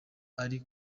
ari